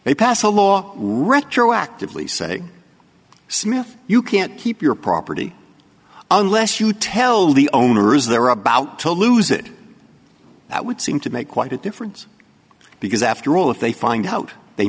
they pass a law retroactively say smith you can't keep your property unless you tell the owner is there are about to lose it that would seem to make quite a difference because after all if they find out they